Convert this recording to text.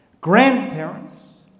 grandparents